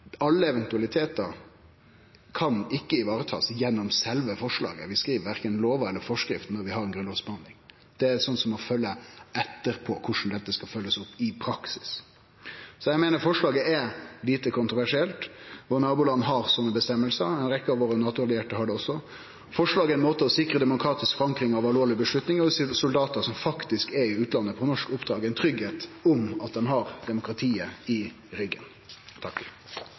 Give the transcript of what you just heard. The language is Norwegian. Alle eventualitetar kan ikkje bli varetatt gjennom sjølve forslaget. Vi skriv verken lover eller forskrifter når vi har ei grunnlovsbehandling. Det må følgje etterpå korleis dette skal følgjast opp i praksis. Eg meiner forslaget er lite kontroversielt. Nabolanda våre har slike føresegner, ei rekkje av våre NATO-allierte har det også. Forslaget er ein måte å sikre demokratisk forankring av ei alvorleg avgjerd på og å gi soldatar som er i utlandet på norsk oppdrag, ein tryggleik for at dei har demokratiet i ryggen.